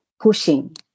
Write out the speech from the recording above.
pushing